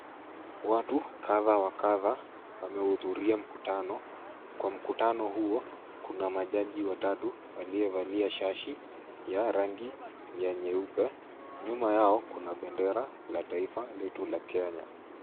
Watu kadha wa kadha wamehudhuria mkutano. Kwa mkutano huo kuna majaji watatu waliovalia shashi ya rangi ya nyeupe. Nyuma yao kuna bendera la taifa letu la Kenya.